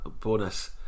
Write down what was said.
bonus